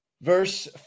Verse